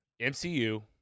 MCU